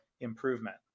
improvement